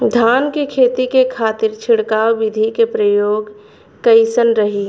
धान के खेती के खातीर छिड़काव विधी के प्रयोग कइसन रही?